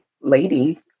lady